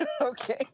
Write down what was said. Okay